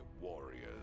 warriors